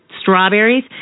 strawberries